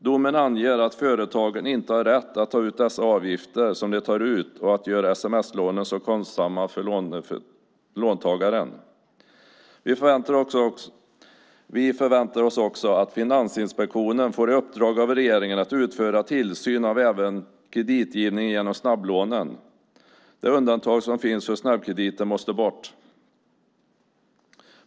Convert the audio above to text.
Domen anger att företagen inte har rätt att ta ut dessa avgifter som de tar ut och som gör sms-lånen så kostsamma för låntagaren. Vi förväntar oss också att Finansinspektionen får i uppdrag av regeringen att utföra tillsyn av även kreditgivningen genom snabblånen. Det undantag som finns för snabbkrediter måste bort.